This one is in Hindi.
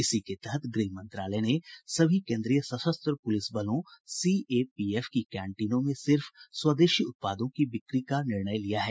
इसी के तहत गृह मंत्रालय ने सभी केन्द्रीय सशस्त्र पुलिस बलों सीएपीएफ की कैंटीनों में सिर्फ स्वदेशी उत्पादों की बिक्री का निर्णय लिया है